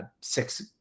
Six